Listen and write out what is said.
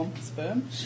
Sperm